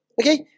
Okay